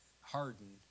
hardened